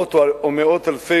עשרות או מאות או מאות אלפי,